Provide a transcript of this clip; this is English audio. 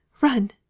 run